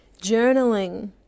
journaling